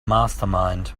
mastermind